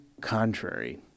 contrary